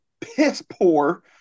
piss-poor